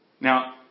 Now